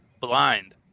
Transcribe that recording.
blind